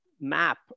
map